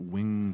Wing